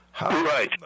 Right